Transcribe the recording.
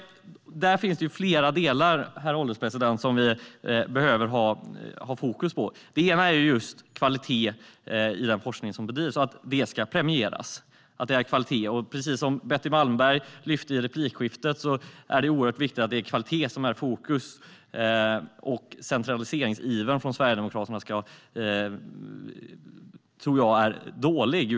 Där finns det flera delar vi behöver ha fokus på, herr ålderspresident. En är just kvalitet i den forskning som bedrivs och att det är kvalitet som ska premieras. Precis som Betty Malmberg lyfte fram i replikskiftet är det oerhört viktigt att det är kvalitet som är i fokus. Jag tror att centraliseringsivern från Sverigedemokraterna är dålig.